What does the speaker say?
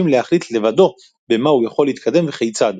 להחליט לבדו במה הוא יכול להתקדם וכיצד,